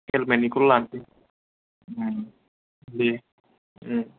helmet निखौल' लानोसै दे